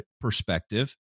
perspective